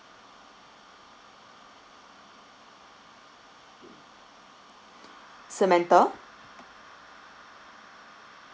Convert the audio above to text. samantha